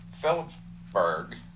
Phillipsburg